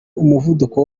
umuvuduko